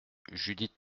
judith